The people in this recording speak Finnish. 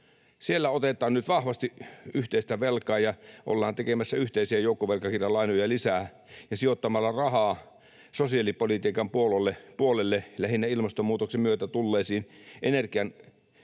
Siellä otetaan nyt vahvasti yhteistä velkaa ja ollaan tekemässä yhteisiä joukkovelkakirjalainoja lisää ja sijoittamassa rahaa sosiaalipolitiikan puolelle lähinnä ilmastonmuutoksen myötä tulleen energian